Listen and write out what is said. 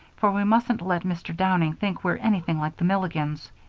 for we mustn't let mr. downing think we're anything like the milligans.